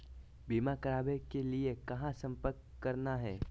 बीमा करावे के लिए कहा संपर्क करना है?